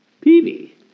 Peavy